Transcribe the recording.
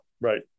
right